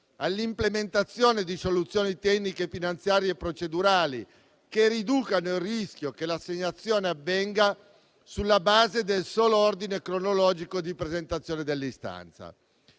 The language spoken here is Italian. all'implementazione di soluzioni tecniche, finanziarie e procedurali, che riducano il rischio che l'assegnazione avvenga sulla base del solo ordine cronologico di presentazione dell'istanza.